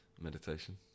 Meditation